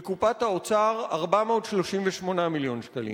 בקופת האוצר, 438 מיליון שקלים,